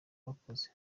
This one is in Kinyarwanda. bakoze